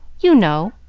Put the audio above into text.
you know.